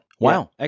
Wow